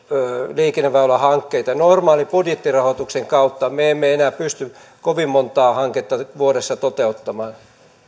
liikenneväylähankkeita normaalin budjettirahoituksen kautta me emme enää pysty kovin montaa hanketta vuodessa toteuttamaan